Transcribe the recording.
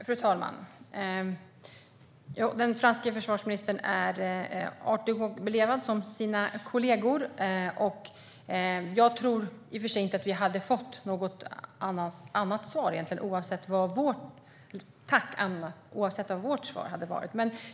Fru talman! Den franske försvarsministern är artig och belevad, som sina kollegor. Jag tror i och för sig inte att vi hade fått något annat tack oavsett vad vårt svar hade varit.